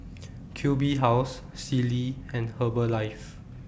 Q B House Sealy and Herbalife